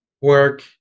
work